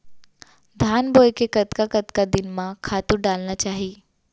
धान बोए के कतका कतका दिन म खातू डालना चाही?